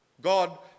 God